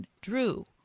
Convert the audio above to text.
Drew